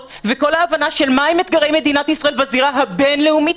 וכל ההבנה מהם אתגרי מדינת ישראל בזירה הבין-לאומית.